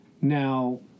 Now